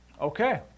Okay